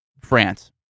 France